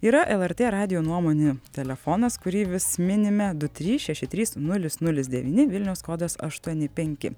yra lrt radijo nuomonių telefonas kurį vis minime du trys šeši trys nulis nulis devyni vilniaus kodas aštuoni penki